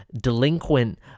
delinquent